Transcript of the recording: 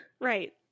Right